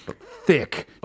thick